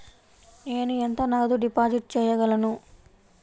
నేను ఎంత నగదు డిపాజిట్ చేయగలను?